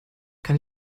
kann